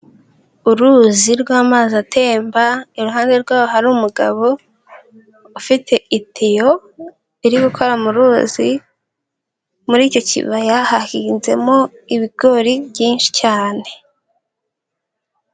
Uruzi rw'amazi atemba iruhande rwaho hari umugabo ufite itiyo iri gukora mu ruzi, muri icyo kibaya hahinzemo ibigori byinshi cyane.